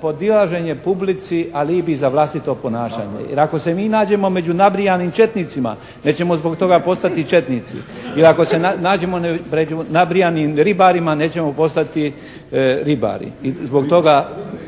podilaženje publici alibi za vlastito ponašanje jer ako se mi nađemo među nabrijanim četnicima nećemo zbog toga postati četnici, jer ako se nađemo pred nabrijanim ribarima nećemo postati ribari i zbog toga.